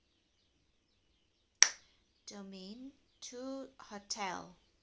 domain two hotel